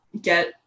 get